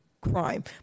crime